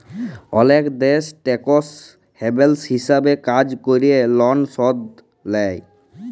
অলেক দ্যাশ টেকস হ্যাভেল হিছাবে কাজ ক্যরে লন শুধ লেই